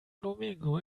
domingo